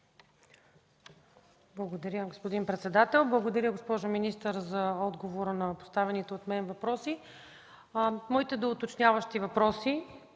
Благодаря, господин председател. Благодаря, госпожо министър, за отговора на поставените от мен въпроси. Моите доуточняващи въпроси: